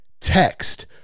text